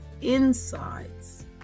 insides